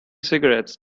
cigarettes